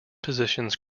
positions